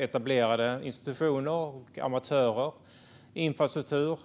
Etablerade institutioner, amatörer, infrastruktur,